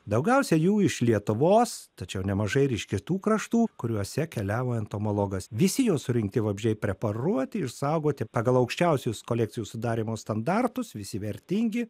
daugiausia jų iš lietuvos tačiau nemažai ir iš kitų kraštų kuriuose keliavo entomologas visi jo surinkti vabzdžiai preparuoti išsaugoti pagal aukščiausius kolekcijų sudarymo standartus visi vertingi